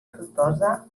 tortosa